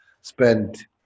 spent